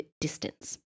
distance